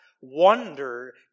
wonder